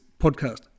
podcast